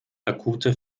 akute